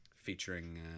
Featuring